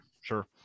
sure